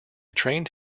trained